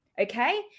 Okay